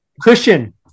Christian